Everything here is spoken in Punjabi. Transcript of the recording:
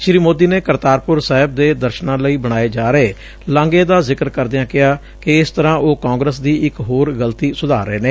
ਸ੍ਰੀ ਮੋਦੀ ਨੇ ਕਰਤਾਰਪੁਰ ਸਾਹਿਬ ਦੇ ਦਰਸਨਾ ਲਈ ਬਣਾਏ ਜਾ ਰਹੇ ਲਘੇ ਦਾ ਜ਼ਿਕਰ ਕਰਦਿਆਂ ਕਿਹਾ ਕਿ ਇਸ ਤਰ੍ਹਾਂ ਉਹ ਕਾਂਗਰਸ ਦੀ ਇਕ ਹੋਰ ਗਲਤੀ ਸੁਧਾਰ ਰਹੇ ਨੇ